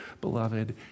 beloved